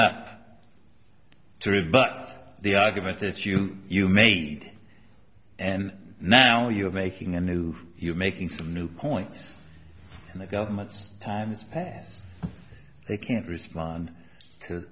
up to it but the argument that you you made and now you're making a new you're making some new points and the government's time has passed they can't respond to